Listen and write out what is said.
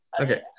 Okay